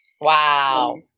Wow